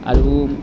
আৰু